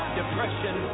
depression